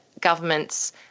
governments